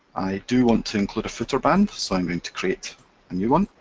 do want to include a footer band, so i'm going to create a new one.